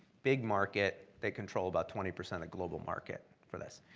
big market. they control about twenty percent of global market for this.